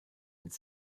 its